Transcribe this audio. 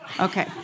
Okay